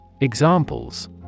Examples